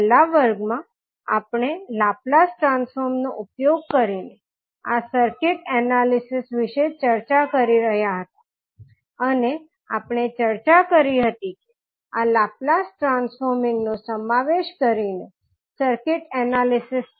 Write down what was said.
છેલ્લા વર્ગમાં આપણે લાપ્લાસ ટ્રાન્સફોર્મ નો ઉપયોગ કરીને આ સર્કિટ એનાલિસિસ વિશે ચર્ચા કરી રહ્યા હતા અને આપણે ચર્ચા કરી હતી કે આ લાપ્લાસ ટ્રાન્સફોર્મિંગ નો સમાવેશ કરીને સર્કિટ એનાલિસિસ છે